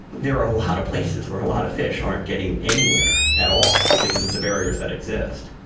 there are a lot of places where a lot of fish aren't getting anywhere, at all, because of the barriers that exist.